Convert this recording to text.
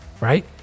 right